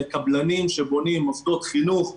לקבלנים שבונים מוסדות חינוך ואחרים.